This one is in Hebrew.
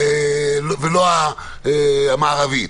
ולא המערבית.